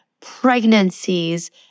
pregnancies